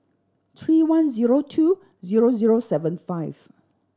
three one zero two zero zero seven five